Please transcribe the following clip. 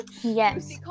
Yes